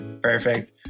perfect